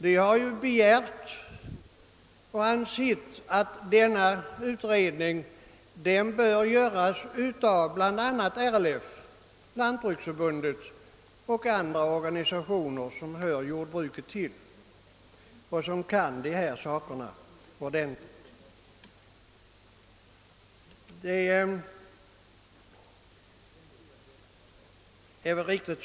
Vi har ju sagt att utredningen bör göras av RLF, Lantbruksförbundet och andra organisationer som hör jordbruket till och som kan dessa saker ordentligt.